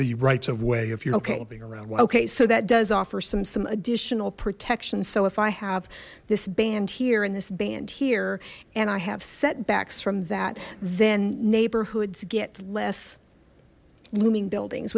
the rights of way of your okay so that does offer some some additional protection so if i have this band here in this band here and i have setbacks from that then neighborhoods get less looming buildings